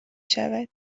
شود